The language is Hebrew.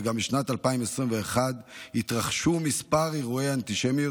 וגם בשנת 2021 התרחשו כמה אירועי אנטישמיות